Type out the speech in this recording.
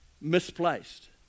misplaced